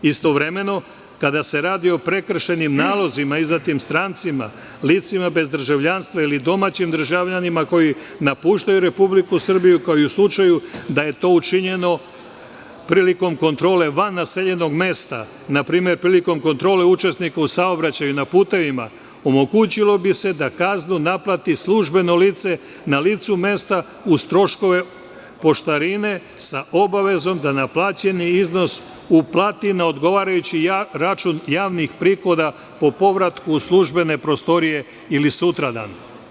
Istovremeno, kada se radi o prekršajnim nalozima izdatim strancima, licima bez državljanstva ili domaćim državljanima koji napuštaju Republiku Srbiju, kao i u slučaju da je to učinjeno prilikom kontrole van naseljenog mesta, npr. prilikom kontrole učesnika u saobraćaju na putevima, omogućilo bi se da kaznu naplati službeno lice na licu mesta uz troškove poštarine, sa obavezom da naplaćeni iznos uplati na odgovarajući račun javnih prihoda po povratku u službene prostorije ili sutradan.